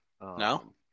no